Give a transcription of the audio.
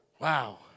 Wow